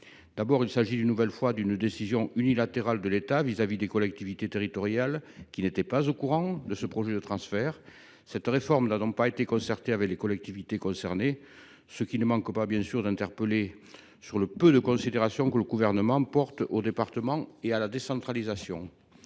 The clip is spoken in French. d’abord, il s’agit une nouvelle fois d’une décision unilatérale de l’État vis à vis des collectivités territoriales, qui n’étaient pas au courant de ce projet de transfert. Cette réforme n’a donc pas été concertée avec les collectivités concernées, ce qui ne manque pas d’interpeller sur le peu de considération que le Gouvernement porte aux départements et à la décentralisation.